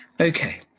Okay